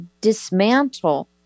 dismantle